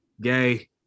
gay